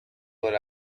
what